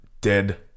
Dead